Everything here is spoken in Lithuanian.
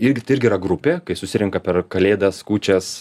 irgi tai irgi yra grupė kai susirenka per kalėdas kūčias